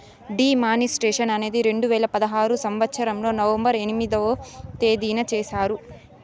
D మానిస్ట్రేషన్ అనేది రెండు వేల పదహారు సంవచ్చరంలో నవంబర్ ఎనిమిదో తేదీన చేశారు